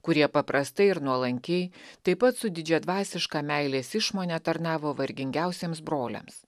kurie paprastai ir nuolankiai taip pat su didžiadvasiška meilės išmone tarnavo vargingiausiems broliams